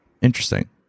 Interesting